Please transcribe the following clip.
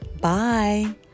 bye